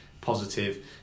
positive